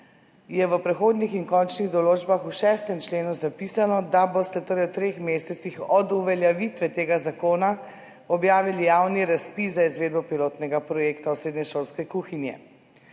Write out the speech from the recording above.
je v prehodnih in končnih določbah v 6. členu zapisano, da boste torej v treh mesecih od uveljavitve tega zakona objavili javni razpis za izvedbo pilotnega projekta Osrednja šolska kuhinja.